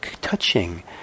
touching